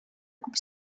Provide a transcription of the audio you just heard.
күп